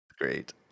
great